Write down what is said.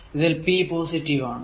ഇതിൽ p positive ആണ്